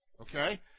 Okay